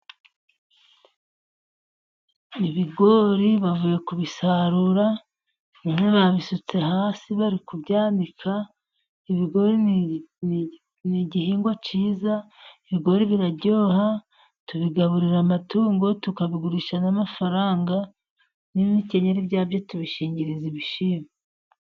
Ibigori bavuye kubisarura none babisutse hasi bari kubyanika. Ibigori ni igihingwa cyiza, ibigori biraryoha, tubigaburira amatungo, tukabigurisha n'amafaranga. N'ibikenyeri byabyo tubishingiriza ibishyimbo.